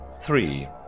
Three